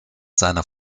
seiner